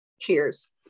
Cheers